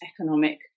economic